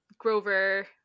Grover